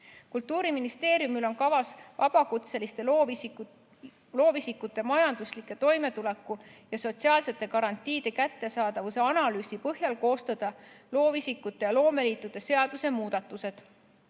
Kultuuriministeeriumil on kavas vabakutseliste loovisikute majandusliku toimetuleku ja sotsiaalsete garantiide kättesaadavuse analüüsi põhjal koostada loovisikute ja loomeliitude seaduse muudatused.